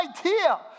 idea